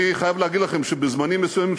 אני חייב להגיד לכם שבזמנים מסוימים,